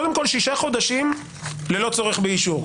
קודם כל שישה חודשים ללא צורך באישור.